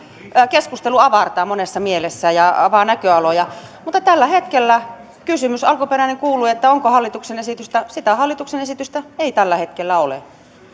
keskustelu avartaa monessa mielessä ja avaa näköaloja mutta tällä hetkellä alkuperäinen kysymys kuului onko hallituksen esitystä sitä hallituksen esitystä ei tällä hetkellä ole